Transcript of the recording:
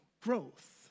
growth